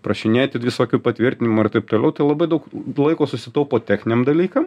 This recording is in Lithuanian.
prašinėti visokių patvirtinimų ir taip toliau tai labai daug laiko susitaupo techniniam dalykam